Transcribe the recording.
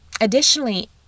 Additionally